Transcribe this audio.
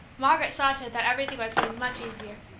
margaret saw to it that everything was made much easier.